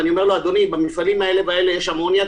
ואני אומר לו: במפעלים האלה והאלה יש אמוניה,